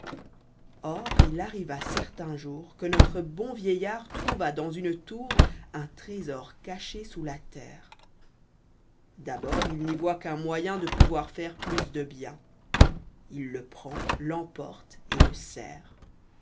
or il arriva certain jour que notre bon vieillard trouva dans une tour un trésor caché sous la terre d'abgrdil n'y voit qu'un moyen de pouvoir faire plus de bien il le prend l'emporte et le